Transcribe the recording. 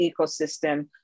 ecosystem